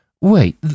Wait